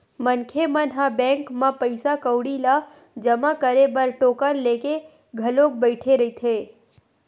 मनखे मन ह बैंक म पइसा कउड़ी ल जमा करे बर टोकन लेके घलोक बइठे रहिथे